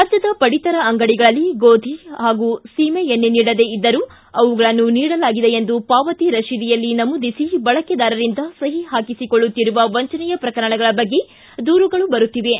ರಾಜ್ಯದ ಪಡಿತರ ಅಂಗಡಿಗಳಲ್ಲಿ ಗೋಧಿ ಮತ್ತು ಸೀಮೆ ಎಣ್ಣೆ ನೀಡದೆ ಇದ್ದರೂ ಅವುಗಳನ್ನು ನೀಡಲಾಗಿದೆ ಎಂದು ಪಾವತಿ ರಶೀದಿಯಲ್ಲಿ ನಮೂದಿಸಿ ಬಳಕೆದಾರರಿಂದ ಸಹಿ ಹಾಕಿಸಿಕೊಳ್ಳುಕ್ತಿರುವ ವಂಚನೆಯ ಪ್ರಕರಣಗಳ ಬಗ್ಗೆ ದೂರುಗಳು ಬರುತ್ತಿವೆ